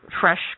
fresh